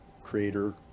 creator